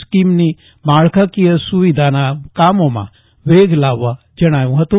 સ્કીમની માળખાકીય સુવિધાના કામોમાં વેગ લાવવા ખાસ જણાવ્યું હતું